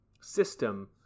system